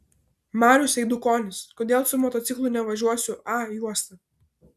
marius eidukonis kodėl su motociklu nevažiuosiu a juosta